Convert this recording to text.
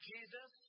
Jesus